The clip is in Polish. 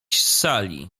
sali